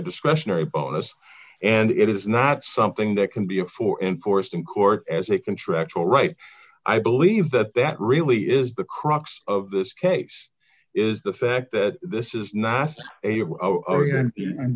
discretionary bonus and it is not something that can be a for enforced in court as a contractual right i believe that that really is the crux of this case is the fact that this is not a